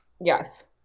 Yes